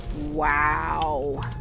Wow